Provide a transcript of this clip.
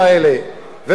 מלה אחרונה.